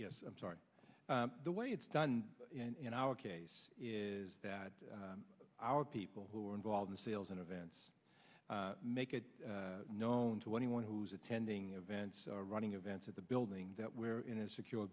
yes i'm sorry the way it's done in our case is that our people who are involved in sales and events make it known to anyone who's attending events are running events at the building that we're in a secure